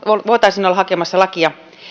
voitaisiin olla hakemassa lakia